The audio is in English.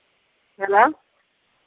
hello